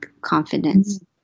confidence